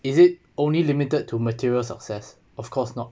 is it only limited to material success of course not